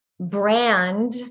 brand